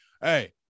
hey